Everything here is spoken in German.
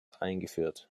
eingeführt